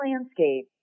landscape